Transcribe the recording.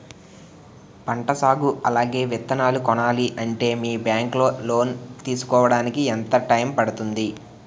పంట సాగు అలాగే విత్తనాలు కొనాలి అంటే మీ బ్యాంక్ లో లోన్ తీసుకోడానికి ఎంత టైం పడుతుంది?